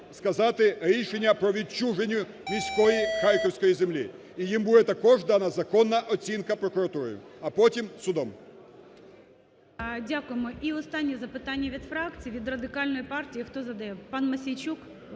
сказати, рішення по відчуженню міської харківської землі, і їм буде також дана законна оцінка прокуратури, а потім судом. ГОЛОВУЮЧИЙ. Дякуємо. І останнє запитання від фракції, від Радикальної партії. Хто задає? Пан Мосійчук?